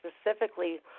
specifically